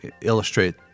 illustrate